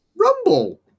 Rumble